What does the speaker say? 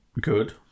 Good